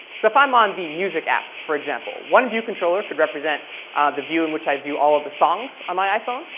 so if i'm on the music app, for example, one view controller could represent the view in which i view all the songs on my iphone.